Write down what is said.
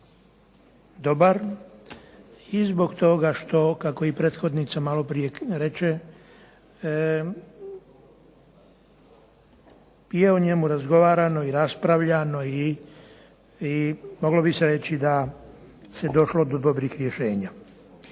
dobar, i zbog toga što kako i prethodnica malo prije reče je u njemu razgovarano i raspravljano i moglo bi se reći da se došlo do dobrih rješenja.